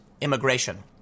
immigration